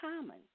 common